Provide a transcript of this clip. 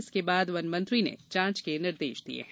इसके बाद वनमंत्री ने जांच के निर्देश दिये हैं